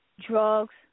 drugs